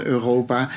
Europa